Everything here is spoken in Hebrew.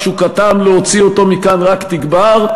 תשוקתם להוציא אותו מכאן רק תגבר,